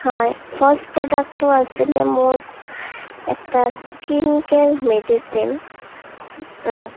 হয় ফাৰ্ষ্ট প্ৰডাক্টটো আছিলে মোৰ এটা স্কিন কেয়াৰ মেডিচিন